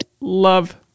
love